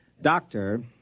Doctor